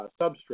substrate